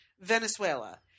Venezuela